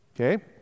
okay